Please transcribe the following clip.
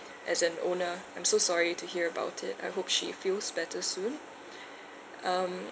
as an owner I'm so sorry to hear about it I hope she feels better soon um